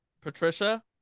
Patricia